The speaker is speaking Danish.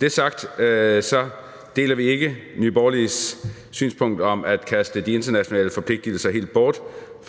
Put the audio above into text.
det sagt deler vi ikke Nye Borgerliges synspunkt om at kaste de internationale forpligtelser helt bort.